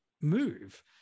move